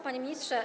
Panie Ministrze!